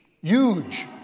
Huge